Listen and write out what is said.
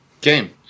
game